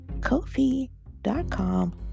ko-fi.com